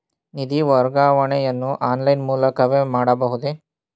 ನಿಧಿ ವರ್ಗಾವಣೆಯನ್ನು ಆನ್ಲೈನ್ ಮೂಲಕವೇ ಮಾಡಬಹುದೇ?